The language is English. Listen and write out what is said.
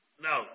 no